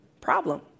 problem